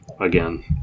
again